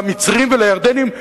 למצרים ולירדנים,